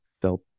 felt